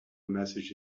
message